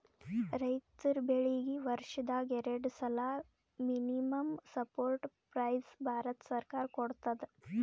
ರೈತರ್ ಬೆಳೀಗಿ ವರ್ಷದಾಗ್ ಎರಡು ಸಲಾ ಮಿನಿಮಂ ಸಪೋರ್ಟ್ ಪ್ರೈಸ್ ಭಾರತ ಸರ್ಕಾರ ಕೊಡ್ತದ